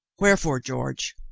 wherefore, george,